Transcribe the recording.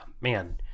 man